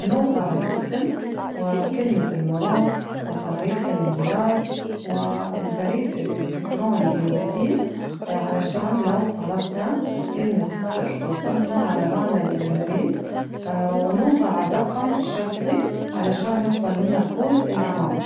نوضع الاسم وكلمة المرور وتاريخ الميلاد والبريد الإلكتروني البديل علشان لو طلبنا كلمة السر توصلنا على هذا البريد ونوضع الرقم الشخصي علشان يوصل لنا كود الأمان.